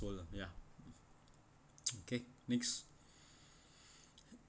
old ah ya okay next